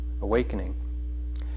awakening